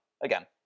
Again